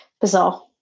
Bizarre